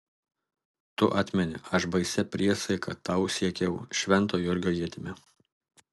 tu atmeni aš baisia priesaika tau siekiau švento jurgio ietimi